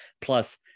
plus